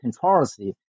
controversy